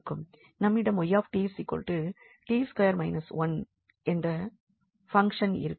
நம்மிடம் 𝑦𝑡 𝑡2 − 1 என்ற பங்க்ஷன் இருக்கும்